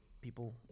people